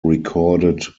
recorded